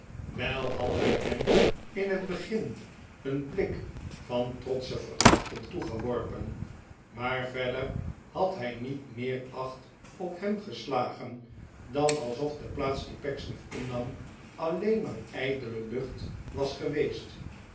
wei had hij hem in het begin een blik van trotsche verachting toegeworpen maar verder had hij niet meer acht op hem geslagen dan alsof de plaats die pecksniff innam alleen maar ijdele lucht was geweest